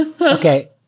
Okay